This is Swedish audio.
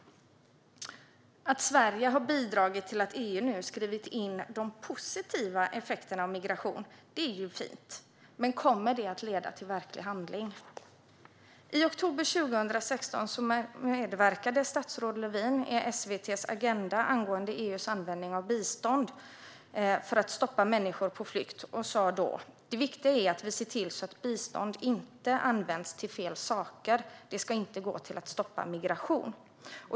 Att Sverige har bidragit till att EU nu skrivit in de positiva effekterna av migration är ju fint, men kommer det att leda till verklig handling? I oktober 2016 medverkade statsrådet Lövin i SVT:s Agenda angående EU:s användning av bistånd för att stoppa människor på flykt. Hon sa då: Det viktiga är att vi ser till att bistånd inte används till fel saker. Det ska inte gå till att stoppa migration.